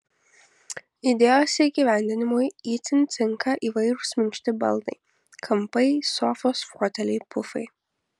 idėjos įgyvendinimui itin tinka įvairūs minkšti baldai kampai sofos foteliai pufai